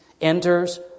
enters